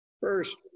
First